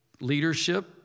leadership